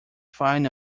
fine